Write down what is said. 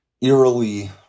eerily